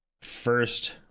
first